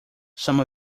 some